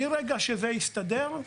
מרגע שזה יסתדר,